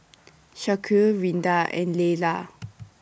Shaquille Rinda and Leyla